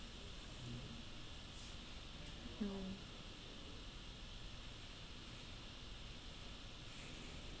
no